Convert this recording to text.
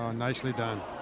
um nicely done.